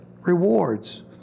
rewards